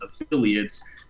affiliates